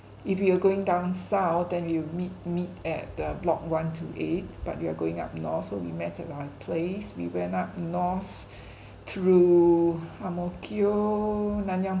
if we were going down south then we will meet meet at the block one two eight but we are going up north so we met at my place we went up north through ang mo kio nanyang